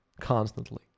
Constantly